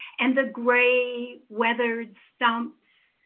and the grey weathered stumps,